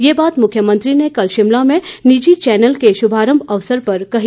ये बात मुख्यमंत्री ने कल शिमला में निजी चैनल के शुभारंभ अवसर पर कही